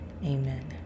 Amen